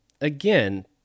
again